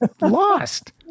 lost